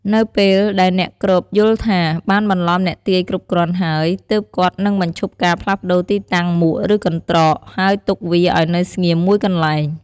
នៅពេលដែលអ្នកគ្របយល់ថា បានបន្លំអ្នកទាយគ្រប់គ្រាន់ហើយ ទើបគាត់នឹងបញ្ឈប់ការផ្លាស់ប្ដូរទីតាំងមួកឬកន្ត្រក ហើយទុកវាឱ្យនៅស្ងៀមមួយកន្លែង។